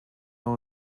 our